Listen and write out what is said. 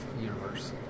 universe